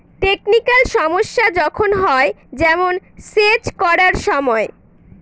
technical সমস্যা যখন হয়, যেমন সেচ করার সময়